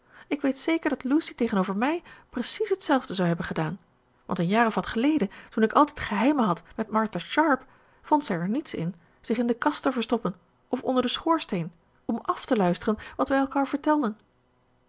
ik weet zeker dat lucy tegenover mij precies t zelfde zou hebben gedaan want een jaar of wat geleden toen ik altijd geheimen had met martha sharpe vond zij er niets in zich in de kast te verstoppen of onder den schoorsteen om af te luisteren wat wij elkaar vertelden